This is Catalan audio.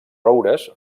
roures